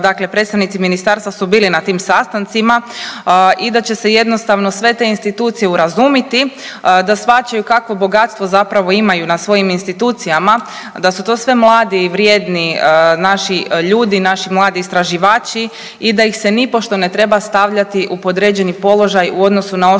dakle predstavnici Ministarstva su bili na tim sastancima i da će se jednostavno sve te institucije urazumiti, da shvaćaju kakvo bogatstvo zapravo imaju na svojim institucijama, da su to sve mladi i vrijedni naši ljudi, naši mladi istraživači i da ih se nipošto ne treba stavljati u podređeni položaj u odnosu na ostale